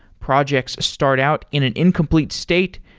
projects start out in an incomplete state,